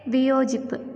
വിയോജിപ്പ്